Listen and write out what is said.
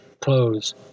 close